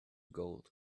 gold